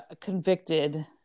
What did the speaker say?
convicted